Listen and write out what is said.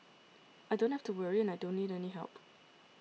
I don't have to worry and I don't need any help